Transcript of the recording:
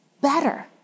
better